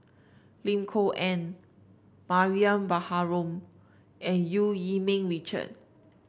Lim Kok Ann Mariam Baharom and Eu Yee Ming Richard